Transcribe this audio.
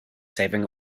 saving